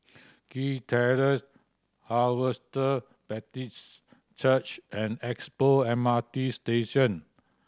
Kew Terrace Harvester Baptist Church and Expo M R T Station